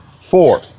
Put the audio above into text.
Four